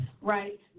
right